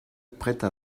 prête